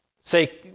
say